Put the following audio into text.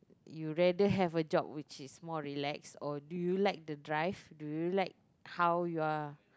you'd rather have a job which is more relaxed or do you like the drive do you like how you are